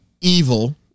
evil